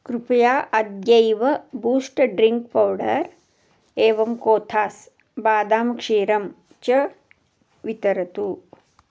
कृपया अद्यैव boost drink powder एवं कोथास् बादां क्षीरं च वितरतु